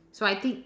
so I think